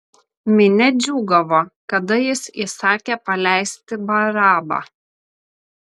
minia džiūgavo kada jis įsakė paleisti barabą